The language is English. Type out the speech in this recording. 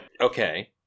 Okay